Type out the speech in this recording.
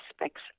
aspects